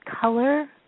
color